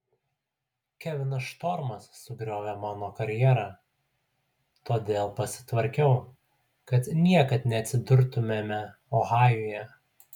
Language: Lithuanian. kevinas štormas sugriovė mano karjerą todėl pasitvarkiau kad niekad neatsidurtumėme ohajuje